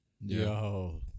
Yo